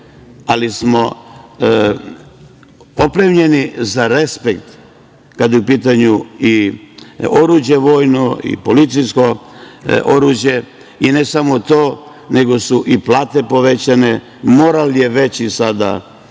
ali smo opremljeni za respekt kada je u pitanju i vojno oruđe i policijsko oruđe, i ne samo to, nego su i plate povećane, moral je veći sada